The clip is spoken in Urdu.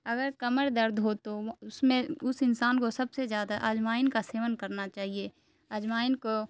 اگر کمر درد ہو تو اس میں اس انسان کو سب سے زیادہ اجوائن کا سیون کرنا چاہیے اجوائن کو